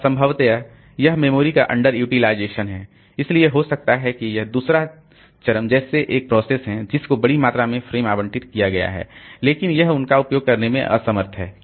और संभवतया यह मेमोरी का अंडर यूटिलाइजेशन है इसलिए हो सकता है कि यह दूसरा चरम जैसे एक प्रोसेस है जिसको बड़ी मात्रा में फ्रेम आवंटित किया गया है लेकिन यह उनका उपयोग करने में असमर्थ है